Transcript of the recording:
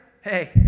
hey